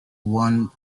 one